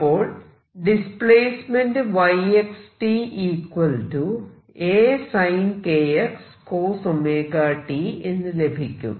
അപ്പോൾ displacement yxt ASinkxCosωt എന്ന് ലഭിക്കും